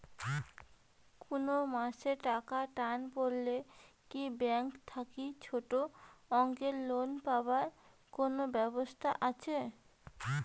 কুনো মাসে টাকার টান পড়লে কি ব্যাংক থাকি ছোটো অঙ্কের লোন পাবার কুনো ব্যাবস্থা আছে?